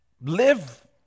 Live